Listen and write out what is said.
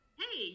hey